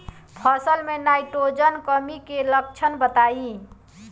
फसल में नाइट्रोजन कमी के लक्षण बताइ?